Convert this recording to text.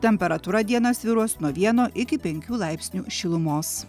temperatūra dieną svyruos nuo vieno iki penkių laipsnių šilumos